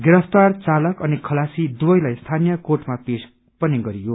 गिरफ्तार चालक अनि खलासी दुवैलाई स्थानीय कोर्टमा पेश पनि गरियो